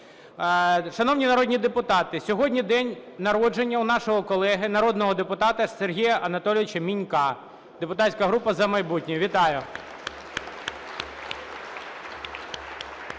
Шановні народні депутати, сьогодні день народження у нашого колеги, народного депутата Сергія Анатолійовича Мінька, депутатська група "За майбутнє". Вітаю!